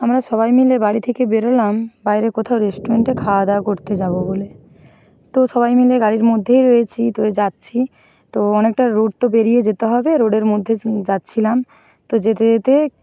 আমরা সবাই মিলে বাড়ি থেকে বেরলাম বাইরে কোথাও রেস্টুরেন্টে খাওয়া দাওয়া করতে যাবো বলে তো সবাই মিলে গাড়ির মধ্যেই রয়েছি তো যাচ্ছি তো অনেকটা রুট তো পেরিয়ে যেতে হবে রোডের মধ্যে যাচ্ছিলাম তো যেতে যেতে